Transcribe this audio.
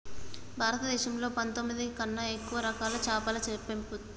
భారతదేశంలో పందొమ్మిది కన్నా ఎక్కువ రకాల చాపలని పెంచుతరు